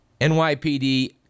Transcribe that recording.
NYPD